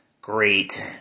Great